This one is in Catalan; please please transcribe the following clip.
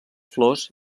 flors